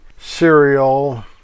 cereal